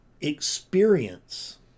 experience